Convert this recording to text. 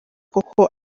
koko